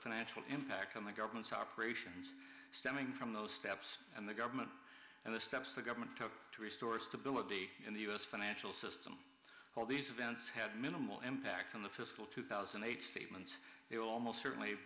financial impact on the government's operations stemming from those steps and the government and the steps the government took to restore stability in the u s financial system all these events had minimal impact on the fiscal two thousand and eight months they will almost certainly